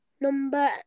number